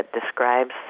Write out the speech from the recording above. describes